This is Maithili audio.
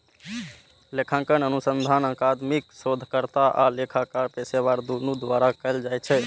लेखांकन अनुसंधान अकादमिक शोधकर्ता आ लेखाकार पेशेवर, दुनू द्वारा कैल जाइ छै